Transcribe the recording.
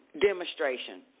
demonstration